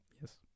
yes